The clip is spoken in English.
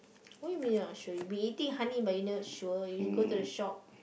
what you mean you not sure you have been eating honey but you not sure you should go to the shop